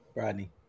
Rodney